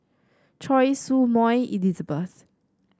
Choy Su Moi Elizabeth